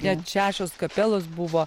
net šešios kapelos buvo